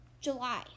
July